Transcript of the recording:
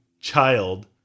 child